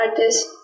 artists